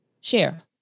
share